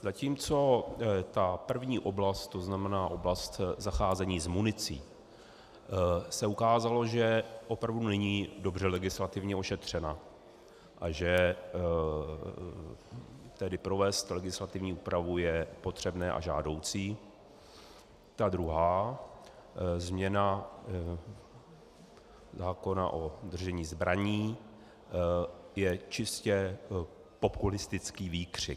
Zatímco ta první oblast, tzn. oblast zacházení s municí, se ukázala, že opravdu není dobře legislativně ošetřena, a že tedy provést legislativní úpravu je potřebné a žádoucí, ta druhá změna zákona o držení zbraní je čistě populistický výkřik.